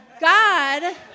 God